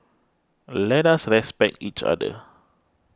let us respect each other